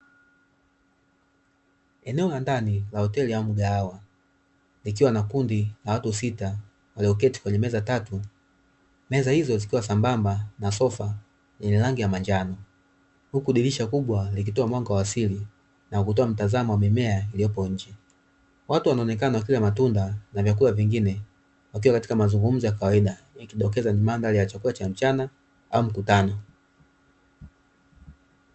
Eneo la ndani la hoteli au mgahawa, likiwa na kundi la watu sita walioketi kwenye meza tatu, meza hizo zikiwa sambamba, na sofa yenye rangi ya manjano, huku dirisha kubwa likitoa mwanga wasili nakutoa mtazamo wa mimea iliyoko nje. Watu wanaonekana wakila matunda na vyakula vingine wakiwa katika mazungumzo ya kawaida, ikidokeza mandhari ya chakula cha mchana au mkutano.